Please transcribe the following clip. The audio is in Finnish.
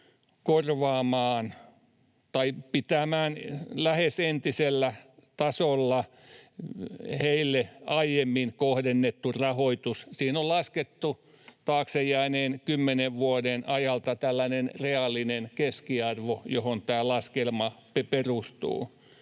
tullaan pitämään lähes entisellä tasolla heille aiemmin kohdennettu rahoitus. Siihen on laskettu taakse jääneen kymmenen vuoden ajalta tällainen reaalinen keskiarvo, johon tämä laskelma perustuu.